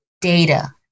data